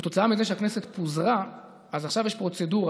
וכתוצאה מזה שהכנסת פוזרה אז עכשיו יש פרוצדורה,